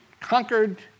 conquered